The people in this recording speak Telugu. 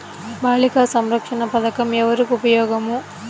బాలిక సంరక్షణ పథకం ఎవరికి ఉపయోగము?